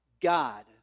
God